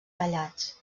tallats